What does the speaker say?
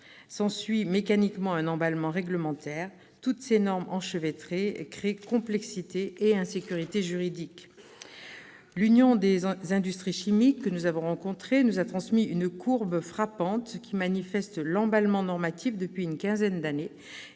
S'ensuit mécaniquement un emballement réglementaire, toutes ces normes enchevêtrées créant de la complexité et de l'insécurité juridique. L'Union des industries chimiques nous a transmis une courbe frappante qui manifeste l'emballement normatif depuis une quinzaine d'années,